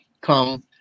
come